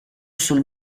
sul